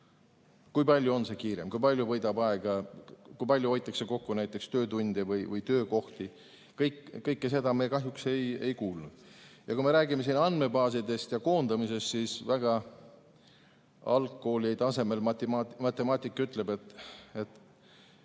Kui palju on kiirem, kui palju võidab aega, kui palju hoitakse kokku näiteks töötunde või töökohti? Kõike seda me kahjuks ei kuulnud. Kui me räägime andmebaasidest ja koondamisest, siis algkoolitasemel matemaatika ütleb, et